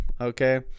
okay